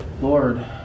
Lord